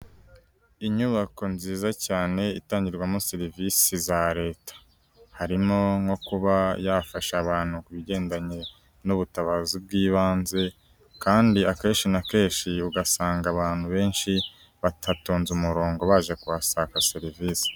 Inyubako nziza cyane itangirwamo serivisi za leta, harimo nko kuba yafasha abantu ku bigendanye n'ubutabazi bw'ibanze kandi akenshi na kenshi ugasanga abantu benshi batatonze umurongo baje kuhashaka serivise.